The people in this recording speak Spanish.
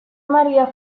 maria